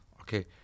okay